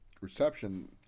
reception